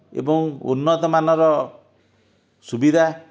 ଏବଂ ଉନ୍ନତ ମାନର ସୁବିଧା